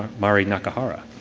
um mari nakahara